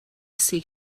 seek